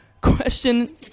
Question